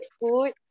food